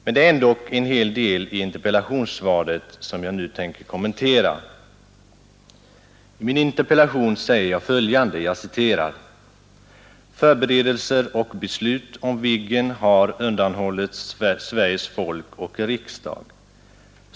Men det är ändå en hel del i interpellationssvaret som jag tänker kommentera. I min interpellation säger jag: ”Förberedelser och beslut om Viggen har undanhållits Sveriges folk och riksdag.